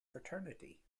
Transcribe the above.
fraternity